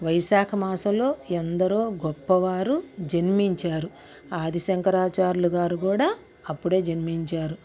వైశాకమాసంలో ఎందరో గొప్పవారు జన్మించారు ఆదిశంకరా చార్యులు గారు కూడా అప్పుడే జన్మించారు